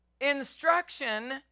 Instruction